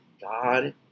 God